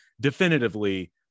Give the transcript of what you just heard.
definitively